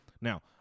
Now